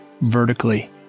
vertically